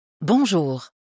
Bonjour